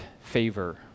favor